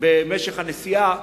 במשך הנסיעה.